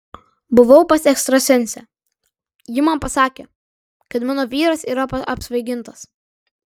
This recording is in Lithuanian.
buvau pas ekstrasensę ji man pasakė kad mano vyras yra apsvaigintas